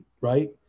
right